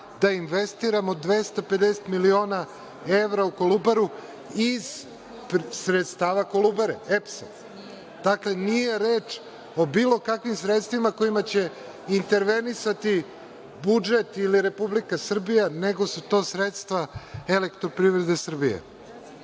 da investiramo 250 miliona evra u „Kolubaru“ iz sredstava „Kolubare“, EPS-a. Dakle, nije reč o bilo kakvim sredstvima kojima će intervenisati budžet ili Republika Srbija, nego su to sredstva „Elektroprivrede Srbije“.Moram